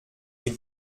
est